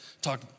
Talk